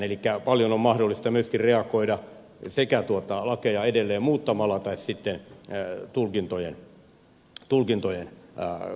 elikkä paljon on mahdollista myöskin reagoida sekä lakeja edelleen muuttamalla tai sitten tulkintojen kautta